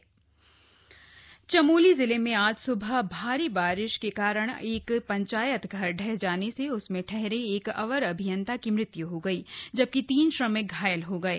दर्घटना चमोली चमोली जिले में आज सुबह भारी बारिश के कारण एक पंचायत घर ढह जाने से उसमें ठहरे एक अवर अभियंता की मृत्य् हो गई जबकि तीन श्रमिक घायल हो गये